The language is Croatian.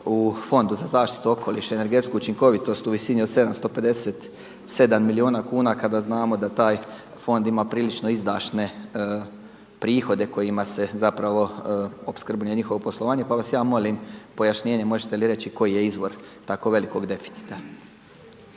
u Fondu za zaštitu okoliša i energetsku učinkovitost u visini od 757 milijuna kuna kada znamo da taj fond ima prilično izdašne prihode kojima se zapravo opskrbljuje njihovo poslovanje. Pa vas ja molim pojašnjenje, možete li reći koji je izvor tako velikog deficita?